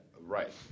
right